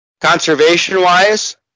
conservation-wise